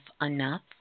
enough